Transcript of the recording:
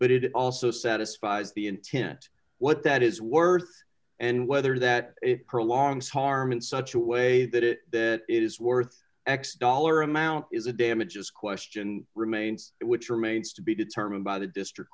but it also satisfies the intent what that is worth and whether that longs harm in such a way that it is worth x dollar amount is a damages question remains which remains to be determined by the district